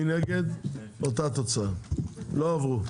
נגד 9. ההסתייגויות לא עברו.